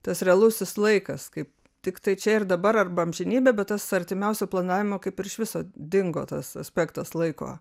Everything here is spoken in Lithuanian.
tas realusis laikas kai tiktai čia ir dabar arba amžinybė bet tas artimiausio planavimo kaip ir iš viso dingo tas aspektas laiko